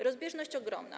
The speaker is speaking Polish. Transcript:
Rozbieżność ogromna.